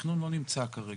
התכנון לא נמצא כרגע.